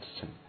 sin